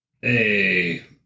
Hey